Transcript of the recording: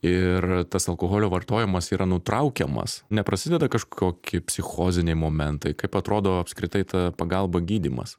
ir tas alkoholio vartojimas yra nutraukiamas neprasideda kažkoki psichoziniai momentai kaip atrodo apskritai ta pagalba gydymas